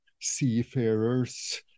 seafarers